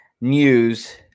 news